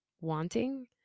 wanting